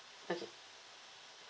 okay